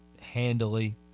handily